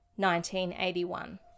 1981